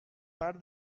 par